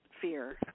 fear